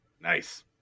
Nice